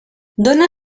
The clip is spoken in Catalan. dóna